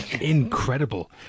Incredible